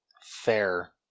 Fair